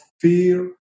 fear